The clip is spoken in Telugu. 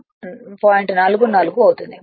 44 అవుతుంది